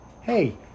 hey